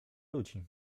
ludzi